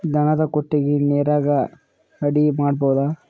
ದನದ ಕೊಟ್ಟಿಗಿ ನರೆಗಾ ಅಡಿ ಮಾಡಬಹುದಾ?